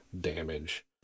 damage